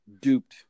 Duped